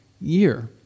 year